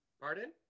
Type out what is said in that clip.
Pardon